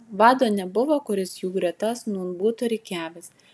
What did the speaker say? vado nebuvo kuris jų gretas nūn būtų rikiavęs